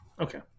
okay